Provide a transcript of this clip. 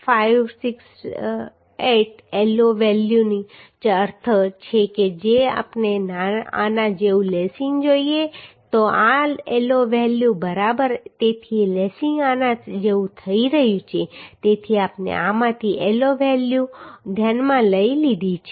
568 L0 વેલ્યુનો અર્થ છે કે જો આપણે આના જેવું લેસિંગ જોઈએ તો આ L0 વેલ્યુ છે બરાબર તેથી લેસિંગ આના જેવું થઈ રહ્યું છે તેથી આપણે આમાંથી L0 વેલ્યુ ધ્યાનમાં લીધી છે